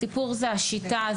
הסיפור הוא השיטה,